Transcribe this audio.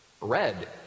red